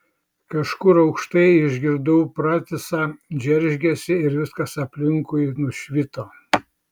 kažkur aukštai išgirdau pratisą džeržgesį ir viskas aplinkui nušvito